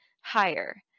higher